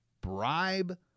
bribe